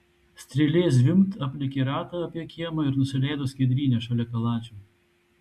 strėlė zvimbt aplėkė ratą apie kiemą ir nusileido skiedryne šalia kaladžių